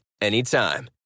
Anytime